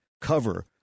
cover